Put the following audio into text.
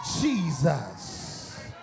jesus